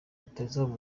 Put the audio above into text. rutahizamu